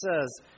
says